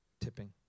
tipping